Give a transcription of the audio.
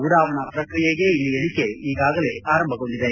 ಉಡಾವಣಾ ಪ್ರಕಿಯೆಗೆ ಇಳಿ ಎಣಿಕೆ ಈಗಾಗಲೇ ಆರಂಭಗೊಂಡಿದೆ